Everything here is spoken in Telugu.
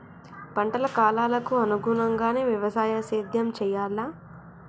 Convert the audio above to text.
పంటల కాలాలకు అనుగుణంగానే వ్యవసాయ సేద్యం చెయ్యాలా?